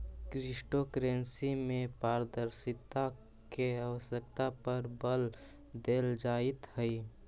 crypto currency में पारदर्शिता के आवश्यकता पर बल देल जाइत हइ